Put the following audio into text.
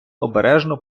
обережно